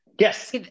Yes